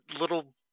little